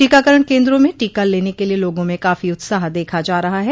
टीकाकरण केंद्रों में टीका लेने के लिए लोगों में काफी उत्साह देखा जा रहा है